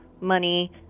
money